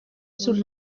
sus